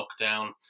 lockdown